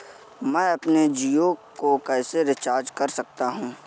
मैं अपने जियो को कैसे रिचार्ज कर सकता हूँ?